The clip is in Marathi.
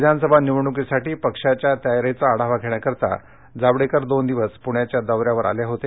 विधानसभा निवडणुकीसाठी पक्षाच्या तयारीचा आढावा घेण्याकरिता जावडेकर दोन दिवस पृण्याच्या दौऱ्यावर आले होते